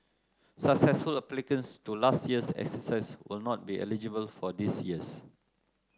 successful applicants to last year's exercise will not be eligible for this year's